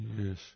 Yes